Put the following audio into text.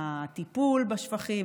הטיפול בשפכים,